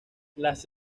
las